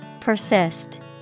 Persist